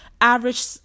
average